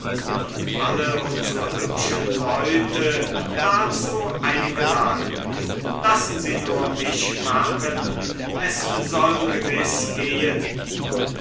und alle unsre hübschen leute dazu eingeladen lassen sie nur mich machen es soll gewiß gehen